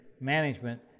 management